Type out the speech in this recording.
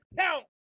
count